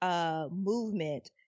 movement